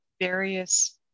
various